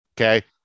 okay